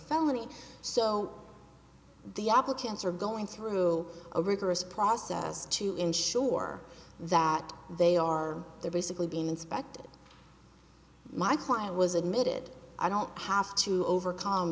felony so the applicants are going through a rigorous process to ensure that they are they're basically being inspected my client was admitted i don't cost to overc